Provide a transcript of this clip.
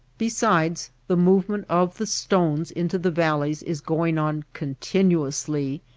besides, the movement of the stones into the valleys is going on continuously,